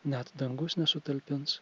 net dangus nesutalpins